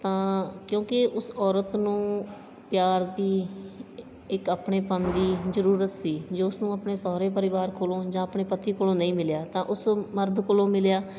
ਤਾਂ ਕਿਉਂਕਿ ਉਸ ਔਰਤ ਨੂੰ ਪਿਆਰ ਦੀ ਇੱਕ ਆਪਣੇਪਨ ਦੀ ਜ਼ਰੂਰਤ ਸੀ ਜੋ ਉਸ ਨੂੰ ਆਪਣੇ ਸਹੁਰੇ ਪਰਿਵਾਰ ਕੋਲੋਂ ਜਾਂ ਆਪਣੇ ਪਤੀ ਕੋਲੋਂ ਨਹੀਂ ਮਿਲਿਆ ਤਾਂ ਉਸ ਮਰਦ ਕੋਲੋਂ ਮਿਲਿਆ